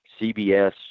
CBS